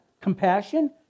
Compassion